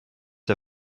der